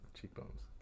cheekbones